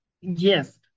yes